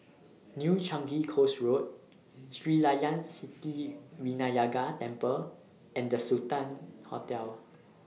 New Changi Coast Road Sri Layan Sithi Vinayagar Temple and The Sultan Hotel